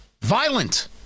Violent